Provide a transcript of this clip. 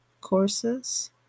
courses